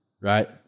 right